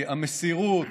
המסירות,